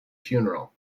funeral